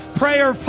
prayer